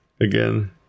again